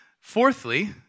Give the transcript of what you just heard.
Fourthly